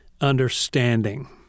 understanding